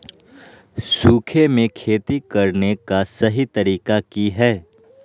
सूखे में खेती करने का सही तरीका की हैय?